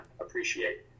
appreciate